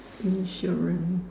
insurance